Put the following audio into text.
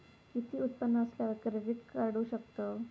किती उत्पन्न असल्यावर क्रेडीट काढू शकतव?